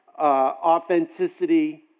authenticity